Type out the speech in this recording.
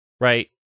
right